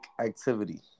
activity